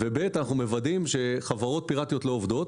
ומוודאים שחברות פירטיות לא עובדות.